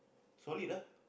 solid ah